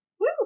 Woo